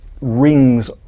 rings